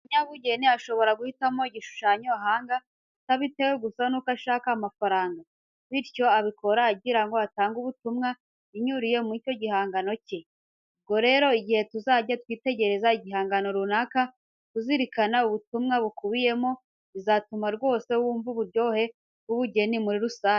Umunyabugeni ashobora guhitamo igishushanyo ahanga, atabitewe gusa nuko ashaka amafaranga. Bityo, abikora agira ngo atange ubutumwa binyuriye muri icyo gihangano cye. Ubwo rero igihe tuzajya twitegereza igihangano runaka, kuzirikana ubutumwa bukubiyemo bizatuma rwose wumva uburyohe bw'ubugeni muri rusange.